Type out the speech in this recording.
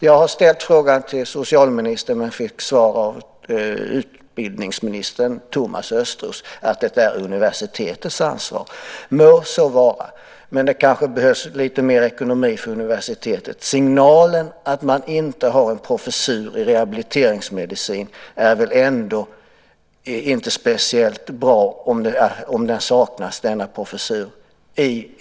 Jag har ställt frågan till socialministern men fick från utbildningsminister Thomas Östros svaret att detta är universitetets ansvar. Må så vara, men det behövs kanske lite mer ekonomiska medel för universitet. Den signal som det ger att man inte har en professur i rehabiliteringsmedicin i en av våra rikaste landsändar är väl ändå inte speciellt positiv.